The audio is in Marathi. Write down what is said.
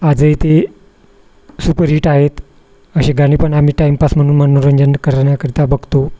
आजही ते सुपर हिट आहेत असे गाणे पण आम्ही टाइमपास म्हणून मनोरंजन करण्याकरिता बघतो